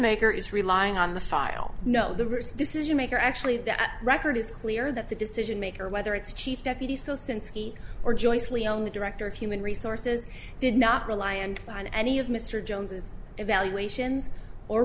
maker is relying on the file no the roots decision maker actually that record is clear that the decision maker whether its chief deputy so since ski or jointly owned the director of human resources did not rely and on any of mr jones's evaluations or